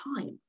time